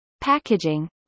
packaging